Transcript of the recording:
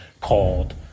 called